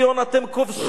אתם כובשים,